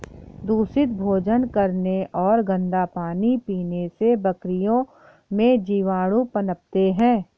दूषित भोजन करने और गंदा पानी पीने से बकरियों में जीवाणु पनपते हैं